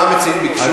מה המציעים ביקשו?